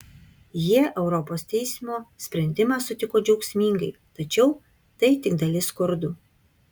jie europos teismo sprendimą sutiko džiaugsmingai tačiau tai tik dalis kurdų